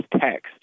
text